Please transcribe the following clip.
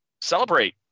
celebrate